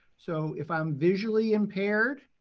so if i'm visually impaired